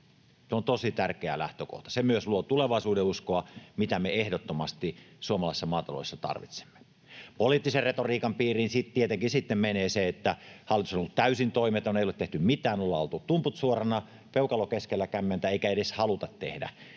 Se on tosi tärkeä lähtökohta. Se myös luo tulevaisuudenuskoa, mitä me ehdottomasti tarvitsemme suomalaisessa maataloudessa. Poliittisen retoriikan piiriin tietenkin sitten menee se, että hallitus on ollut täysin toimeton, ei ole tehty mitään, ollaan oltu tumput suorana, peukalo keskellä kämmentä eikä edes haluta tehdä.